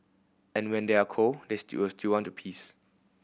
and when they are cold they still want to piss